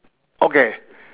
okay